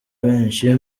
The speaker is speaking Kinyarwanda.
benshi